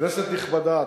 כנסת נכבדה,